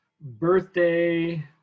birthday